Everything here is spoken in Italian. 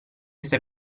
stai